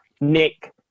Nick